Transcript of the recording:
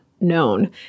known